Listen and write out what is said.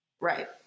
Right